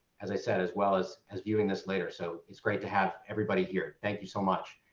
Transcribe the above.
as i said as well as as viewing this later. so it's great to have everybody here. thank you so much.